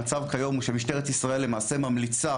המצב כיום הוא שמשטרת ישראל למעשה ממליצה